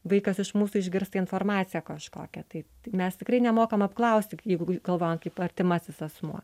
vaikas iš mūsų išgirsta informaciją kažkokią tai mes tikrai nemokam apklausti k jeigu galvojam kaip artimasis asmuo